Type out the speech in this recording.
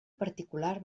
particular